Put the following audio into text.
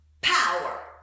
power